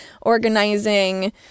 organizing